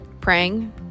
praying